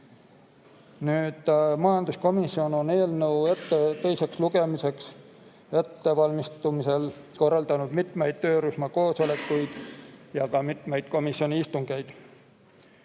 Majanduskomisjon on eelnõu teiseks lugemiseks ettevalmistamisel korraldanud mitmeid töörühma koosolekuid ja komisjoni istungeid.